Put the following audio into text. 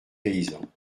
paysan